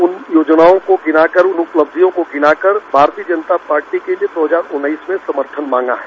उन योजनाओं को गिनाकर उपलब्धियों को गिनाकर भारतीय जनता पार्टी के लिए दो हजार उन्नीस में समर्थन मांगा है